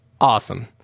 awesome